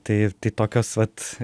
tai tokios vat